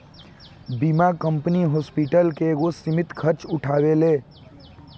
बीमा company hospital के एगो सीमित खर्चा उठावेला